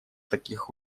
таких